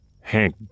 Hank